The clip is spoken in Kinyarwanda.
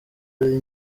ari